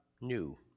new